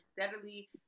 steadily